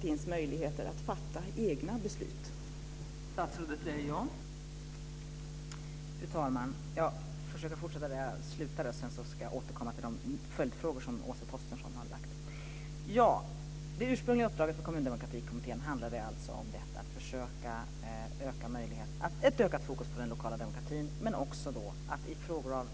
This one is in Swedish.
Fru talman! Jag ska försöka fortsätta där jag slutade, och sedan ska jag återkomma till de följdfrågor som Åsa Torstensson har ställt. Det ursprungliga uppdraget för Kommundemokratikommittén handlade alltså om ett ökat fokus på den lokala demokratin. Men frågan är också om vi i frågor av